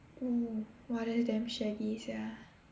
oh !wah! that's damn shaggy sia